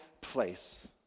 place